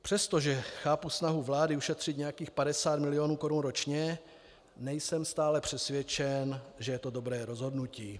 Přestože chápu snahu vlády ušetřit nějakých 50 mil. korun ročně, nejsem stále přesvědčen, že je to dobré rozhodnutí.